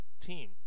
team